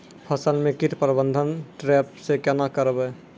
फसल म कीट प्रबंधन ट्रेप से केना करबै?